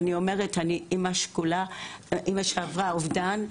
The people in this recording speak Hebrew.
אני אומרת: אני אימא שכולה, אימא שעברה אובדן.